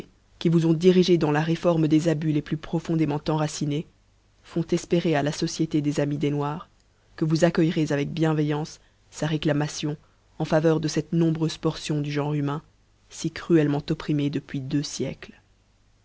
qui vous ont dirigés dans la réforme des abus les plus profondément enracinés font eipérer à la société des amis des noirs que vous accueillerez avec bienveillance fa réclamation en faveur de cette nombreufe portion du genre humain fi cruellement opprimée depuis deux fiècles